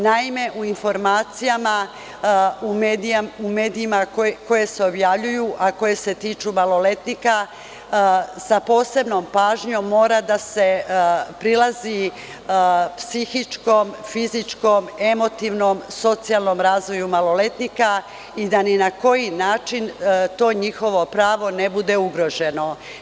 Naime, u informacijama u medijima koje se objavljuju, a koje se tiču maloletnika, sa posebnom pažnjom mora da se prilazi psihičkom, fizičkom, emotivnom i socijalnom razvoju maloletnika, da ni na koji način to njihovo pravo ne bude ugroženo.